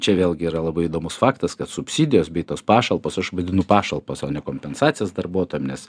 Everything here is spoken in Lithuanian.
čia vėlgi yra labai įdomus faktas kad subsidijos bei tos pašalpos aš vadinu pašalpas o ne kompensacijas darbuotojam nes